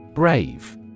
Brave